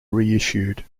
reissued